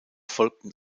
folgten